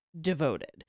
devoted